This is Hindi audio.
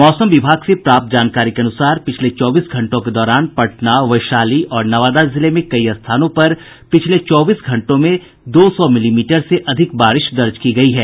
मौसम विभाग से प्राप्त जानकारी के अनुसार पिछले चौबीस घंटों के दौरान पटना वैशाली और नवादा जिले में कई स्थानों पर पिछले चौबीस घंटों में दो सौ मिलीमीटर से अधिक बारिश दर्ज की गयी है